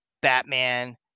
batman